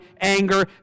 anger